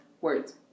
Words